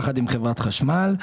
יחד עם חברת החשמל,